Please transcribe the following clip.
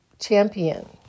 champion